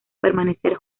permanecer